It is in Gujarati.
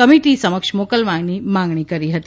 કમિટી સમક્ષ મોકલવાની માંગણી કરી હતી